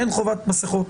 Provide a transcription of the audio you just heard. אין חובת מסכות.